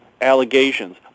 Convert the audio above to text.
allegations